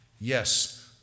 Yes